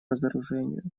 разоружению